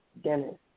Dennis